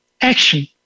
action